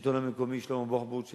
השלטון המקומי שלמה בוחבוט,